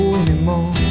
anymore